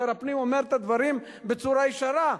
שר הפנים אומר את הדברים בצורה ישרה,